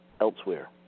elsewhere